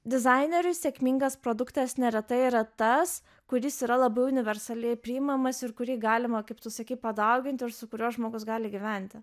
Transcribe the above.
dizaineriui sėkmingas produktas neretai yra tas kuris yra labai universaliai priimamas ir kurį galima kaip tu sakei padaugint ir su kuriuo žmogus gali gyventi